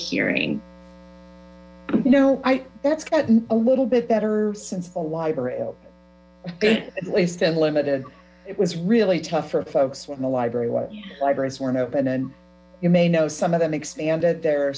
hearing no i that's gotten a little bit better since full library but we spend limited it was really tough for folks when the library was libraries weren't open and you may know some of them expanded their